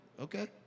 okay